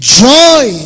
joy